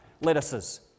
lettuces